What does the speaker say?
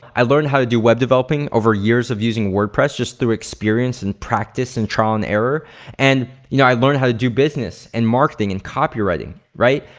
i learned how to do web developing over years of using wordpress just through experience and practice and trial and error and you know i learned how to do business and marketing and copywriting, right?